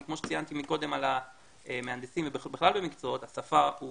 כי כמו שציינתי מקודם על מהנדסים ובכלל במקצועות השפה היא